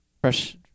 Fresh